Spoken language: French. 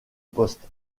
poste